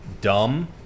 dumb